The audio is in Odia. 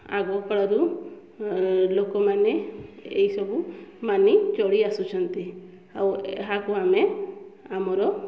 ଆଗକାଳରୁ ଲୋକମାନେ ଏଇ ସବୁ ମାନି ଚଳି ଆସୁଛନ୍ତି ଆଉ ଏହାକୁ ଆମେ ଆମର